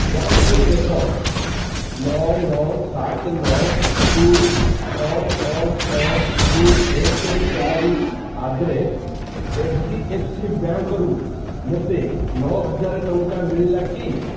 ଯାଞ୍ଚ କରି ଦେଖ ନଅ ନଅ ସାତ ନଅ ଦୁଇ ଛଅ ଛଅ ଛଅ ଦୁଇ ଏକ ଚାରି at the rate H D F C bank ରୁ ମୋତେ ନଅ ହଜାର ଟଙ୍କା ମିଳିଲା କି